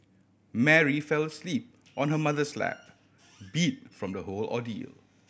Mary fell asleep on her mother's lap beat from the whole ordeal